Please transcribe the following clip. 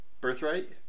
birthright